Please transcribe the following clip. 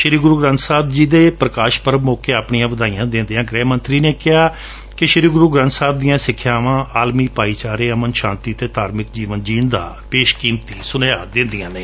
ਸ਼੍ਰੀ ਗੁਰੂ ਗ੍ਰੰਬ ਸਾਹਿਬ ਜੀ ਦੇ ਪੁਕਾਸ਼ ਪਰਬ ਸੌਕੇ ਆਪਣੀਆਂ ਵਧਾਈਆਂ ਦਿਂਦਿਆਂ ਗੁਹਿ ਮੰਤਰੀ ਨੇ ਕਿਹਾ ਕਿ ਸ਼ੀ ਗੁਰੁ ਗੁੰਬ ਸਾਹਿਬ ਦੀਆਂ ਸਿੱਖਿਆਵਾਂ ਆਲਮੀ ਭਾਈਚਾਰੇ ਅਮਨ ਸ਼ਾਤੀ ਅਤੇ ਧਾਰਮਿਕ ਜੀਵਨ ਜੀਣ ਦਾ ਬੇਸ਼ਕੀਮਤੀ ਸੁਨੇਹਾ ਦਿੰਦੀਆਂ ਨੇ